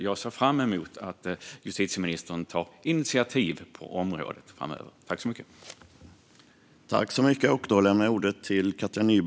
Jag ser fram emot att justitieministern tar initiativ på området framöver.